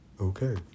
Okay